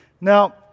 Now